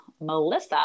Melissa